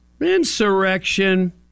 insurrection